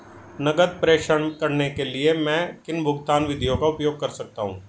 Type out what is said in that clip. नकद प्रेषण करने के लिए मैं किन भुगतान विधियों का उपयोग कर सकता हूँ?